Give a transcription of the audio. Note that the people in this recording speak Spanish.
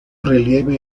relieve